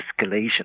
escalation